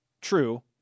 True